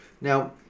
now